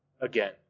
again